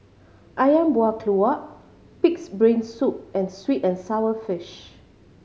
Ayam Buah Keluak Pig's Brain Soup and sweet and sour fish